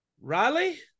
Riley